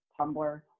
tumblr